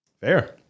Fair